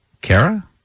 Kara